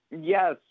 Yes